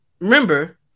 Remember